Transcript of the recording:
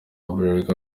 bralirwa